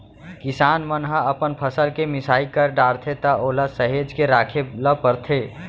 किसान मन ह अपन फसल के मिसाई कर डारथे त ओला सहेज के राखे ल परथे